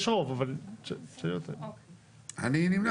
מה